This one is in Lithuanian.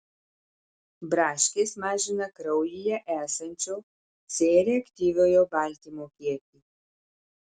braškės mažina kraujyje esančio c reaktyviojo baltymo kiekį